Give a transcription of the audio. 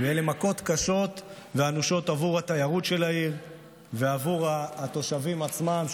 ואלה מכות קשות ואנושות עבור התיירות של העיר ועבור התושבים עצמם,